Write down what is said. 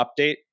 update